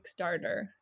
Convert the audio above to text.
Kickstarter